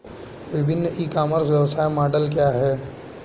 विभिन्न e commerce व्यवसाय model क्या हैं?